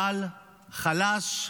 אבל חלש.